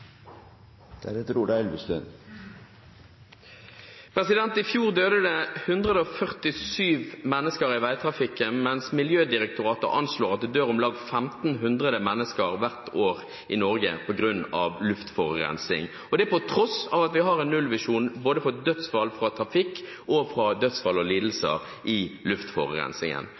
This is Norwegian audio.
I fjor døde det 147 mennesker i veitrafikken, mens Miljødirektoratet anslår at det i Norge dør om lag 1 500 mennesker hvert år på grunn av luftforurensning – på tross av at vi har en nullvisjon for både dødsfall i trafikken og dødsfall og